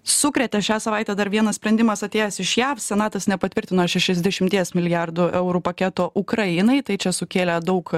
sukrėtė šią savaitę dar vienas sprendimas atėjęs iš jav senatas nepatvirtino šešiasdešimties milijardų eurų paketo ukrainai tai čia sukėlė daug